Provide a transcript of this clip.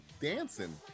dancing